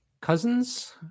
cousins